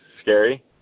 scary